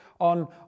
on